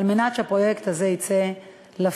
על מנת שהפרויקט הזה יצא לפועל.